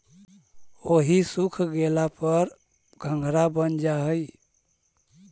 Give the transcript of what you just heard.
ओहि सूख गेला पर घंघरा बन जा हई